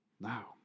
Now